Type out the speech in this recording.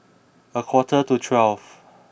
a quarter to twelve